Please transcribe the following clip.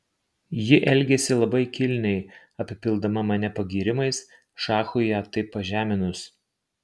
ji elgėsi labai kilniai apipildama mane pagyrimais šachui ją taip pažeminus